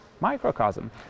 microcosm